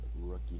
rookie